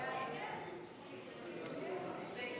ההסתייגות (32) של קבוצת סיעת